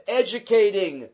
educating